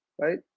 right